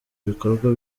ibikorwa